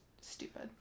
stupid